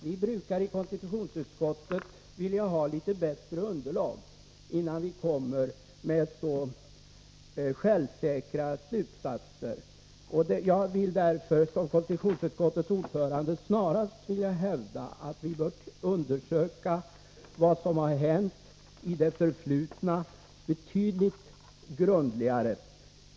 Vi brukar i konstitutionsutskottet vilja ha litet bättre underlag, innan vi kommer med så självsäkra slutsatser, och jag vill därför som konstitutionsutskottets ordförande snarast hävda att vi bör undersöka vad som har hänt i det förflutna betydligt grundligare.